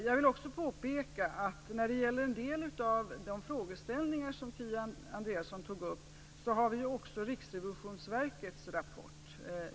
Jag vill när det gäller en del av de frågeställningar som Kia Andreasson tog upp påpeka att vi också har Riksrevisionsverkets rapport.